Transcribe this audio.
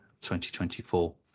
2024